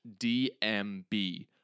DMB